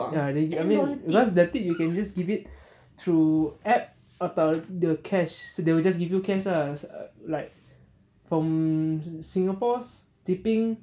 ya they give I mean because the tip you can just give it through app atau the cash so they will just give you cash ah like from singapore's tipping